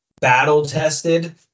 battle-tested